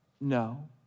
No